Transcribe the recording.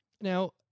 Now